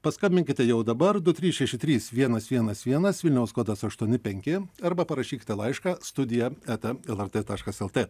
paskambinkite jau dabar du trys šeši trys vienas vienas vienas vilniaus kodas aštuoni penki arba parašykite laišką studija eta lrt taškas lt